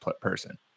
person